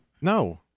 no